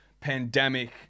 pandemic